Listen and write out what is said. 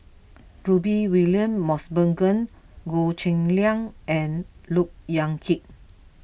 Rudy William Mosbergen Goh Cheng Liang and Look Yan Kit